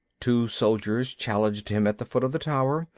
two soldiers challenged him at the foot of the tower,